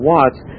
Watts